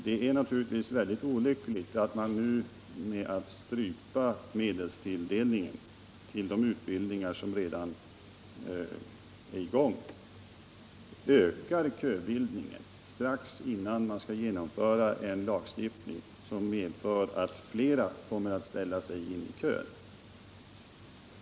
Det är naturligtvis mycket olyckligt att nu genom att strypa medelstilldelningen till de utbildningar som redan är i gång öka köbildningen strax innan man skall genomföra en lagstiftning, som medför att fler kommer att ställa sig i kö.